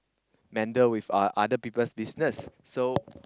meddle with uh other people's business so